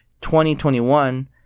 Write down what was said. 2021